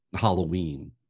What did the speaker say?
Halloween